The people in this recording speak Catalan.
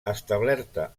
establerta